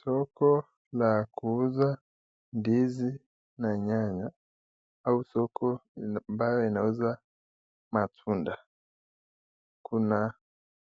Soko la kuuza ndizi na nyanya au soko ambayo inauza matunda. Kuna